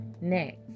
next